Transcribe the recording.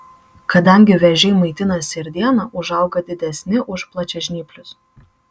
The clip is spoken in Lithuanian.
kadangi vėžiai maitinasi ir dieną užauga didesni už plačiažnyplius